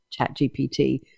ChatGPT